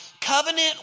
covenant